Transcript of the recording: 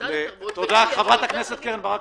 --- משרד התרבות --- חברת הכנסת קרן ברק,